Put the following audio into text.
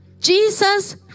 Jesus